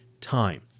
time